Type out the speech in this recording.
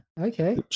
okay